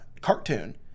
cartoon